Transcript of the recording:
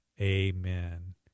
amen